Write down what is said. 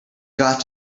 got